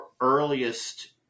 earliest